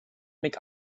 make